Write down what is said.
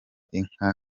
inka